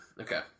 Okay